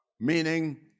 meaning